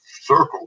circle